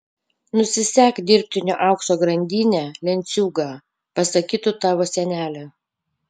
nusisek dirbtinio aukso grandinę lenciūgą pasakytų tavo senelė